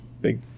big